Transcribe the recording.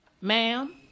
Ma'am